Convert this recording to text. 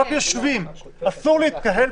אסור להתקהל